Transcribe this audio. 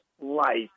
life